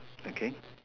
okay